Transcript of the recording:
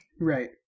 Right